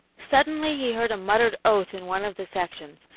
suddenly he heard a muttered oath in one of the sections,